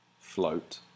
float